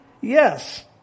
yes